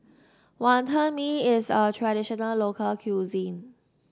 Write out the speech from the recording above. Wantan Mee is a traditional local cuisine